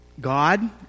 God